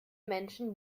menschen